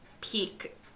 peak